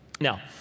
Now